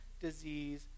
disease